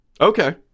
Okay